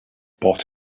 bought